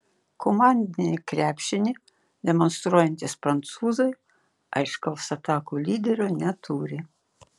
komandinį krepšinį demonstruojantys prancūzai aiškaus atakų lyderio neturi